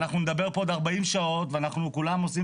ואנחנו נדבר פה עוד 40 שעות ואנחנו כולם עושים